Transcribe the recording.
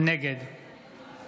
נגד